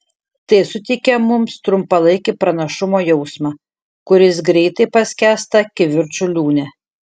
tai suteikia mums trumpalaikį pranašumo jausmą kuris greitai paskęsta kivirčų liūne